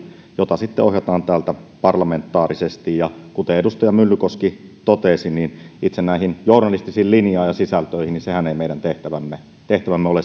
jota sitten ohjataan täältä parlamentaarisesti kuten edustaja myllykoski totesi itse näihin journalistisiin linjoihin ja sisältöihinhän ei ole meidän tehtävämme tehtävämme